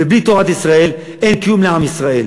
ובלי תורת ישראל אין כלום לעם ישראל.